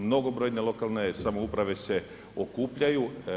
Mnogobrojne lokalne samouprave se okupljaju.